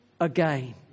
again